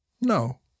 No